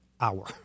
hour